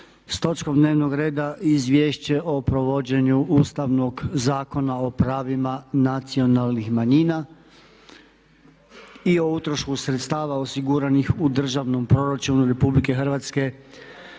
s točkom dnevnog reda Izvješće o provođenju Ustavnog zakona o pravima nacionalnih manjina i o utrošku sredstava osiguranih u Državnom proračunu Republike Hrvatske